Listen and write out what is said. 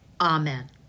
Amen